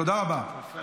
תודה רבה.